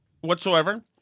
whatsoever